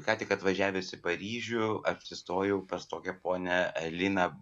ką tik atvažiavęs į paryžių apsistojau pas tokią ponią elina